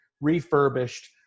refurbished